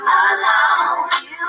alone